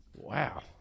Wow